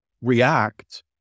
react